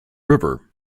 river